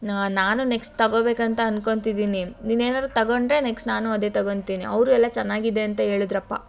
ನಾನು ನೆಕ್ಸ್ಟ್ ತಗೋಬೇಕಂತ ಅಂದ್ಕೋತಿದ್ದೀನಿ ನೀನೇನಾದ್ರು ತಗೊಂಡರೆ ನೆಕ್ಸ್ಟ್ ನಾನು ಅದೇ ತಗೋತಿನಿ ಅವರು ಎಲ್ಲ ಚೆನ್ನಾಗಿದೆ ಅಂತ ಹೇಳದ್ರಪ್ಪ